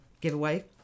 giveaway